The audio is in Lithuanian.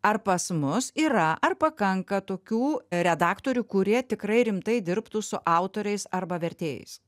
ar pas mus yra ar pakanka tokių redaktorių kurie tikrai rimtai dirbtų su autoriais arba vertėjais